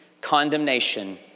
condemnation